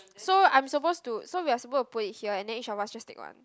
so I'm supposed to so we're supposed to put it here and each of us just take one